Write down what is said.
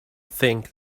think